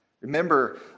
Remember